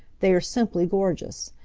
they are simply gorgeous.